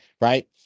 Right